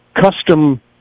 Custom